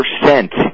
percent